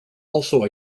also